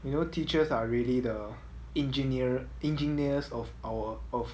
you know teachers are really the engineer engineers of our of